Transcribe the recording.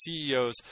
CEOs